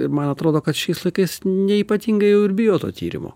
ir man atrodo kad šiais laikais ne ypatingai jau ir bijo to tyrimo